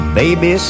baby